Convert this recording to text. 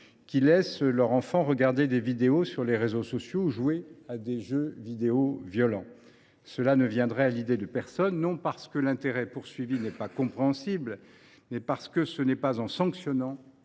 qui laissent leur enfant regarder des vidéos sur les réseaux sociaux ou jouer à des jeux vidéo violents ? Cela ne viendrait à l’idée de personne, non pas parce que l’intérêt poursuivi n’est pas compréhensible, mais parce que ce n’est pas en sanctionnant